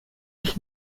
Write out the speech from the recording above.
ich